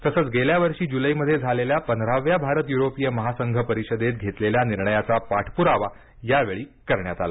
तसंच गेल्या वर्षी जुलैमध्ये झालेल्या पंधराव्या भारत युरोपीय महासंघ परिषदेत घेतलेल्या निर्णयाचा पाठपुरावा यावेळी करण्यात आला